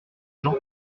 gens